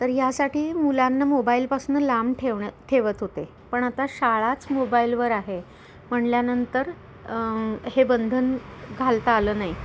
तर ह्यासाठी मुलांना मोबाईलपासून लांब ठेवणं ठेवत होते पण आता शाळाच मोबाईलवर आहे म्हटल्यानंतर हे बंधन घालता आलं नाही